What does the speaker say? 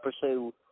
pursue